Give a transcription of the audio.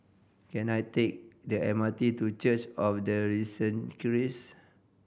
can I take the M R T to Church of the Risen Christ